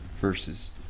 verses